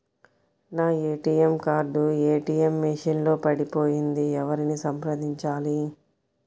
నా ATM card ATM machine లో పడిపోయింది ఎవరిని సంప్రదించాలి?